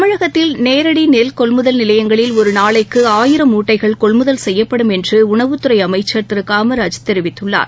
தமிழகத்தில் நேரடி நெல் கொள்முதல் நிலையங்களில் ஒரு நாளைக்கு ஆயிரம் மூட்டைகள் கொள்முதல் செய்யப்படும் என்று உணவுத் துறை அமைச்சர் திரு காமராஜ் தெரிவித்துள்ளார்